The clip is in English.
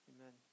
Amen